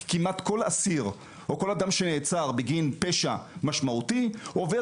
כי כמעט כל אסיר או כל אדם שנעצר בגין פשע משמעותי עובר